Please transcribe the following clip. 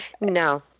No